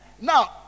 Now